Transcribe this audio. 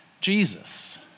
Jesus